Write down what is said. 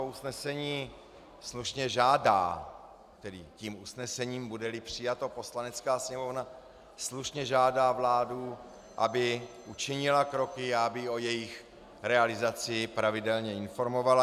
Usnesení slušně žádá, tedy tím usnesením, budeli přijato, Poslanecká sněmovna slušně žádá vládu, aby učinila kroky, aby o jejich realizaci pravidelně informovala.